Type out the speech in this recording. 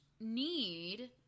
need